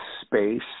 space